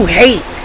hate